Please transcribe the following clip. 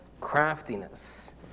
craftiness